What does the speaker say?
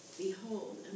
Behold